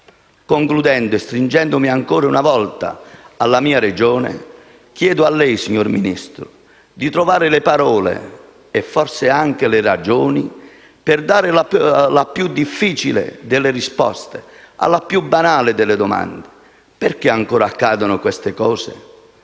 Concludendo, e stringendomi ancora una volta alla mia Regione, chiedo a lei, signor Ministro, di trovare le parole e forse anche le ragioni per dare la più difficile delle risposte alla più banale delle domande: perché ancora accadono queste cose?